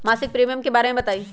मासिक प्रीमियम के बारे मे बताई?